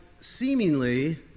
seemingly